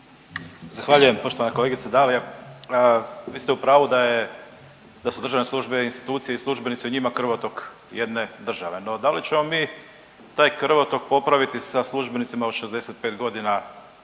Zahvaljujem. Poštovana kolegice Dalija, vi ste u pravu da su državne službe i institucije i službenici u njima krvotok jedne države, no da li ćemo taj krvotok popraviti sa službenicima od 65 godina